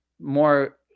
more